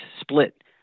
split